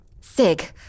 Sig